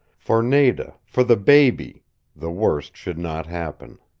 for nada for the baby the worst should not happen